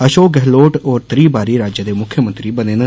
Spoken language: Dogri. अषोक गहलोत होर त्री बारी राज्य दे मुक्खमंत्री बने न